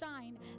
shine